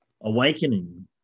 awakening